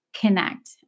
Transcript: connect